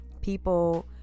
people